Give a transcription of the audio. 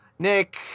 Nick